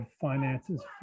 finances